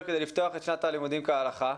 כדי לפתוח את שנת הלימודים כהלכה?